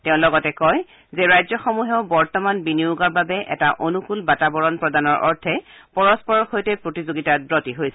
তেওঁ লগতে কয় যে ৰাজ্যসমূহেও বৰ্তমান বিনিয়োগৰ বাবে এটা অনুকূল বাতাবৰণ প্ৰদানৰ অৰ্থে পৰস্পৰৰ সৈতে প্ৰতিযোগিতাত ৱতী হৈছে